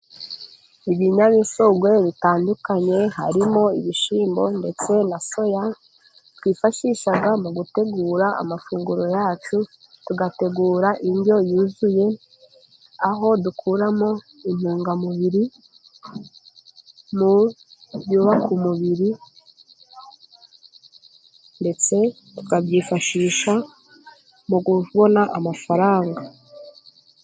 Ibinyamisogwe bitandukanye harimo ibishyimbo ndetse na soya, twifashisha mu gutegura amafunguro yacu. Tugategura indyo yuzuye , aho dukuramo intungamubiri mu byubaka umubiri, ndetse tukabyifashisha mu kubona amafaranga.